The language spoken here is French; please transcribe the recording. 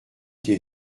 des